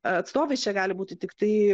atstovais čia gali būti tiktai